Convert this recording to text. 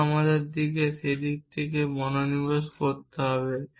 এবং আমরা সেই দিকে মনোনিবেশ করব